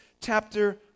chapter